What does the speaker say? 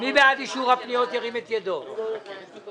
מינוי ממלא מקום הוא לשלושה חודשים.